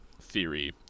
theory